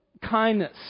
kindness